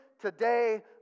today